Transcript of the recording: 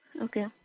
Okay